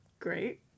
great